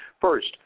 First